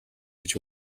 гэж